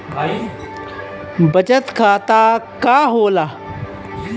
बचत खाता का होला?